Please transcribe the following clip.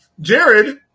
Jared